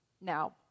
Now